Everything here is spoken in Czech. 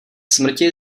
smrti